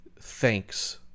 thanks